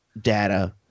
data